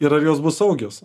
ir ar jos bus saugios